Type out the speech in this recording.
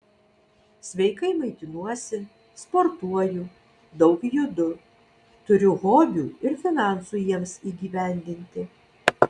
sveikai maitinuosi sportuoju daug judu turiu hobių ir finansų jiems įgyvendinti